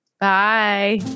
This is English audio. Bye